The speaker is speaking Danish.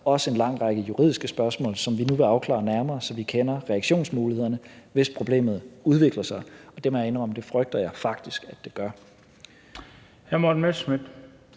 også en lang række juridiske spørgsmål, som vi nu vil afklare nærmere, så vi kender reaktionsmulighederne, hvis problemet udvikler sig. Det må jeg indrømme at jeg faktisk frygter det gør.